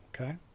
Okay